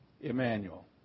Emmanuel